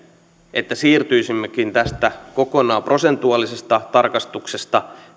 että siirtyisimmekin tästä kokonaan prosentuaalisesta tarkistuksesta